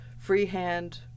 freehand